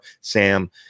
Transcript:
Sam